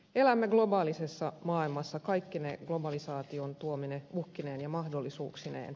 elämme globaalissa maailmassa kaikkine globalisaation tuomine uhkineen ja mahdollisuuksineen